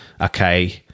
okay